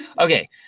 Okay